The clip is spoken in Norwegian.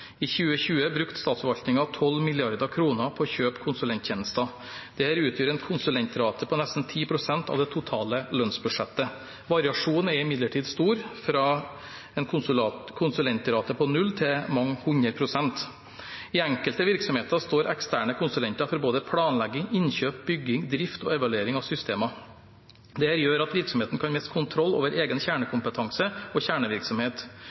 I 2020 brukte statsforvaltningen 12 mrd. kr på å kjøpe konsulenttjenester. Dette utgjør en konsulentrate på nesten 10 pst. av det totale lønnsbudsjettet. Variasjonen er imidlertid stor, fra en konsulentrate på null til mange hundre prosent. I enkelte virksomheter står eksterne konsulenter for både planlegging, innkjøp, bygging, drift og evaluering av systemer. Dette gjør at virksomheten kan miste kontroll over egen kjernekompetanse og kjernevirksomhet.